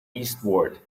eastward